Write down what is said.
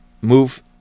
move